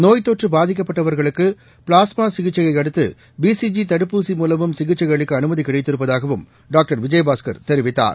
நோய்த்தொற்று பாதிக்கப்பட்டவர்களுக்கு ப்ளாஸ்மா சிகிச்சையை அடுத்து பிசிஜி தடுப்பூசி மூலமும் சிகிச்சை அளிக்க அனுமதி கிடைத்திருப்பதாகவும் அவர் தெரிவித்தார்